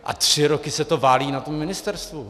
A tři roky se to válí na tom ministerstvu.